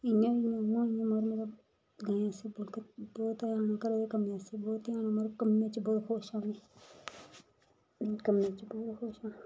इयां बी ते उयां बी मन मेरा गाई आस्सै घरै कम्मै पास्सै बहुत ध्यान रौंह्दा मतलब घरै दे कम्मै पिच्छे बहुत खुश ऐ आ'ऊं कम्मै च बहुत खुश ऐ